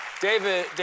David